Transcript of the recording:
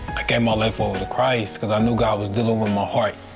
gave my life over to christ, because i knew god was dealing in my heart.